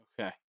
Okay